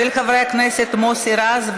של חברי הכנסת מוסי רז,